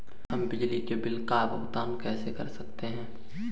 हम बिजली के बिल का भुगतान कैसे कर सकते हैं?